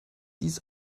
dies